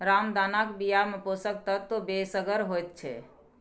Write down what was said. रामदानाक बियामे पोषक तत्व बेसगर होइत छै